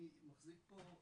אני מחזיק פה,